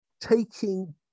taking